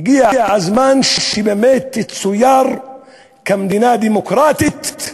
הגיע הזמן באמת שהיא תצויר כמדינה דמוקרטית,